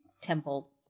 temple